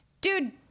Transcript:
dude